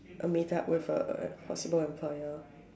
A meet up with a A possible employer